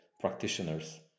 practitioners